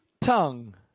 tongue